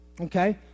Okay